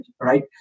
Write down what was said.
right